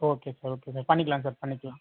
okay sir okay sir பண்ணிக்கலாம் sir பண்ணிக்கலாம்